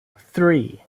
three